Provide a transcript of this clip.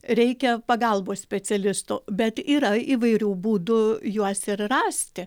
reikia pagalbos specialistų bet yra įvairių būdų juos ir rasti